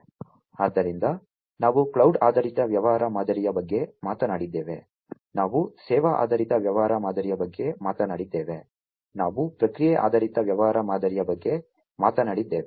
ಆದ್ದರಿಂದ ನಾವು ಕ್ಲೌಡ್ ಆಧಾರಿತ ವ್ಯವಹಾರ ಮಾದರಿಯ ಬಗ್ಗೆ ಮಾತನಾಡಿದ್ದೇವೆ ನಾವು ಸೇವಾ ಆಧಾರಿತ ವ್ಯವಹಾರ ಮಾದರಿಯ ಬಗ್ಗೆ ಮಾತನಾಡಿದ್ದೇವೆ ನಾವು ಪ್ರಕ್ರಿಯೆ ಆಧಾರಿತ ವ್ಯವಹಾರ ಮಾದರಿಯ ಬಗ್ಗೆ ಮಾತನಾಡಿದ್ದೇವೆ